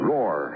Roar